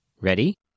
Ready